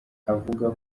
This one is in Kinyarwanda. avuga